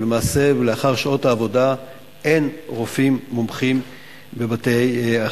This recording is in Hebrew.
ולמעשה לאחר שעות העבודה אין רופאים מומחים בבתי-החולים,